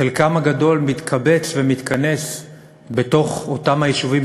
חלקן הגדול מתקבץ ומתכנס בתוך אותם היישובים